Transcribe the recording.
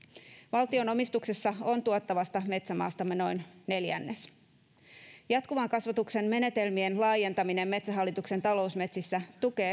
valtion omistuksessa on tuottavasta metsämaastamme noin neljännes jatkuvan kasvatuksen menetelmien laajentaminen metsähallituksen talousmetsissä tukee